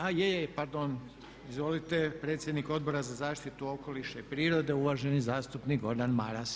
A je, je, pardon, izvolite predsjednik Odbora za zaštitu okoliša i prirode uvaženi zastupnik Gordan Maras.